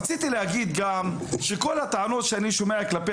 רציתי להגיד שאת כל הטענות שאני שומע כלפי